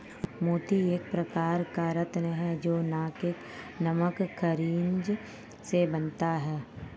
मोती एक प्रकार का रत्न है जो नैक्रे नामक खनिज से बनता है